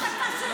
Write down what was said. שקר.